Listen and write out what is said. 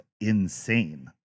insane